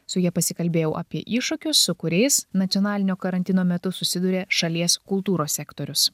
su ja pasikalbėjau apie iššūkius su kuriais nacionalinio karantino metu susiduria šalies kultūros sektorius